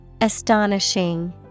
Astonishing